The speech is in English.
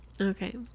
okay